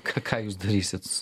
ką jūs darysit